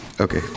Okay